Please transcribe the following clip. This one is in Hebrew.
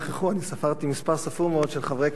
אני ספרתי מספר ספור מאוד של חברי כנסת.